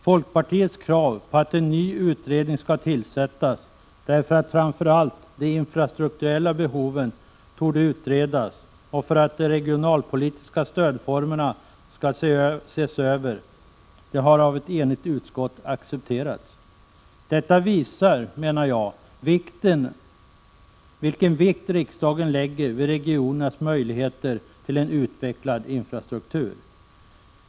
Folkpartiets krav på att en ny utredning skall tillsättas — därför att framför allt det infrastrukturella behovet borde utredas och för att de regionalpolitiska stödformerna skall ses över — har av ett enigt utskott accepterats. Detta visar, menar jag, vilken vikt riksdagen lägger vid regionernas möjligheter till en utvecklad infrastruktur.